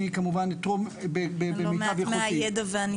אני כמובן אתרום כמיטב יכולתי.